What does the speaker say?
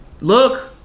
Look